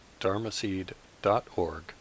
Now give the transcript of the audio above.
dharmaseed.org